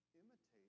imitate